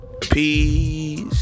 Peace